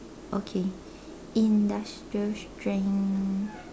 okay industrial strength